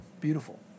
beautiful